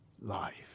life